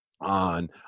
on